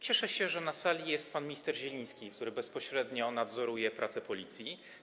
Cieszę się, że na sali jest pan minister Zieliński, który bezpośrednio nadzoruje pracę Policji.